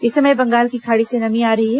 इस समय बंगाल की खाड़ी से नमी आ रही है